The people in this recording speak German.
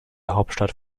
hauptstadt